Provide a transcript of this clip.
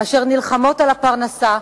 אשר נלחמות על הפרנסה,